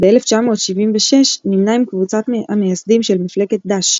ב-1976 נמנה עם קבוצת המייסדים של מפלגת ד"ש.